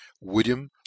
William